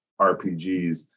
RPGs